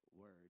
word